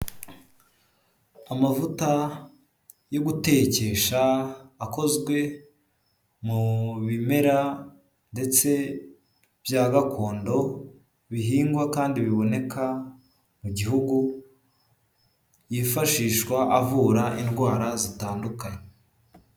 Amavuta yo gutekesha akozwe mu bimera ndetse bya gakondo bihingwa kandi biboneka mu gihugu, yifashishwa avura indwara zitandukanye.